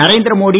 Narendra Modi